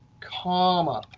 comma.